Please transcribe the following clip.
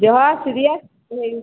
serious